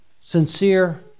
Sincere